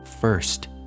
First